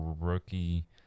rookie